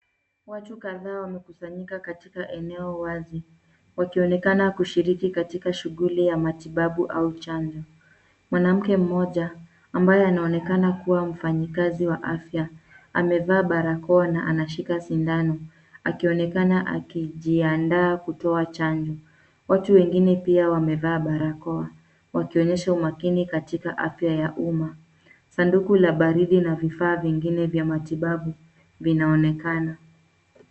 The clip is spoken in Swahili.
Watu kadhaa wamekusanyika katika eneo wazi, wakionekana kushiriki katika shughuli ya matibabu au chanjo. Mwanamke mmoja, ambaye anaonekana kuwa mfanyakazi wa Afya, amevaa barakoa na anashika sindano, akionekana akijiandaa kutoa chanjo. Watu wengine pia wamevaa barakoa, wakionyesha umakini katika Afya ya umma. Sanduku la baridi na vifaa vingine vya matitabu vinaonekana.